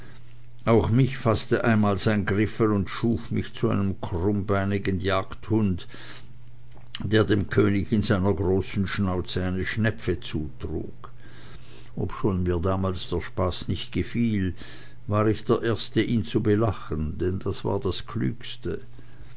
auch mich faßte einmal sein griffel und schuf mich zu einem krummbeinigen jagdhund der dem könig in seiner großen schnauze eine schnepfe zutrug obschon mir damals der spaß nicht gefiel war ich der erste ihn zu belachen denn es war das klügste